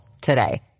today